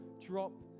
drop